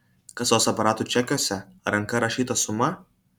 kasos aparatų čekiuose ranka rašyta suma